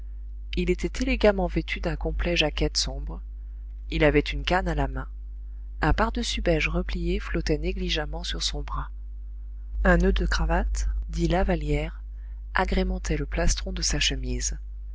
il était élégamment vêtu d'un complet jaquette sombre il avait une canne à la main un pardessus beige replié flottait négligemment sur son bras un noeud de cravate dit lavallière agrémentait le plastron de sa chemise